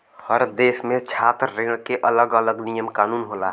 हर देस में छात्र ऋण के अलग अलग नियम कानून होला